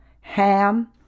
Ham